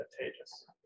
advantageous